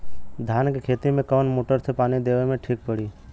धान के खेती मे कवन मोटर से पानी देवे मे ठीक पड़ी?